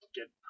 get